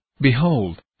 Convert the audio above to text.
behold